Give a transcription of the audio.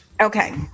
Okay